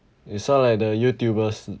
you sound like the youtubers